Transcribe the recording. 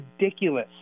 ridiculous